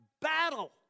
battle